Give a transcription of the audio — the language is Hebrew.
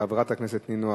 חברת הכנסת נינו אבסדזה,